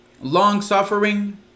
long-suffering